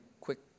quick